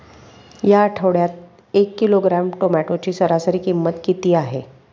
या आठवड्यात एक किलोग्रॅम टोमॅटोची सरासरी किंमत किती आहे?